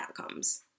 outcomes